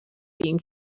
being